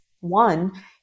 One